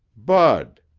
bud.